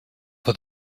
for